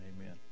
amen